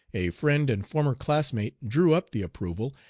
a friend and former classmate drew up the approval,